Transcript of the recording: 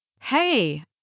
Hey